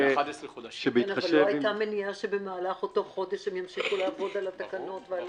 אבל לא היתה מניעה שבמהלך אותו חודש הם ימשיכו לעבוד על התקנות ועל